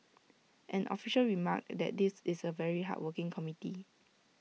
an official remarked that this was A very hardworking committee